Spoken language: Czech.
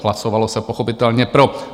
Hlasovalo se pochopitelně pro.